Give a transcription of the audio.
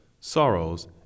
sorrows